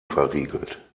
verriegelt